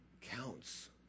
counts